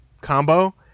combo